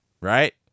Right